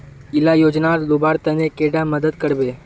इला योजनार लुबार तने कैडा मदद करबे?